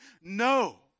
no